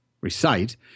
recite